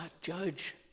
judge